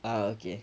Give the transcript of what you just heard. ah okay